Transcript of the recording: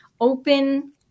open